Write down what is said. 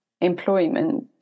employment